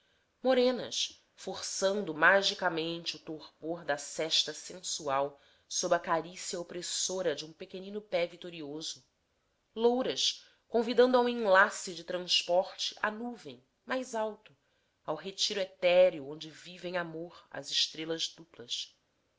morenas forçando magicamente o torpor da sesta sensual sob a carícia opressora de um pequenino pé vitorioso louras convidando a um enlace de transporte a nuvem mais alto ao retiro etéreo onde vivem amor as estrelas duplas